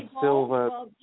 silver